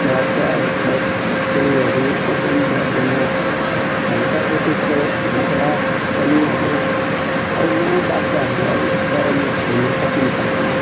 घट्छ अब प्रायः त्यसको उयोहरू ओजन बढ्दैन के भन्छ अब त्यस्तो हुन्छ र पनि अब अब माउ बाख्राहरूलाई चरनमा छोड्नु सकिन्छ हामीले